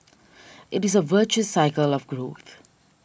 it is a virtuous cycle of growth